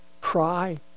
cry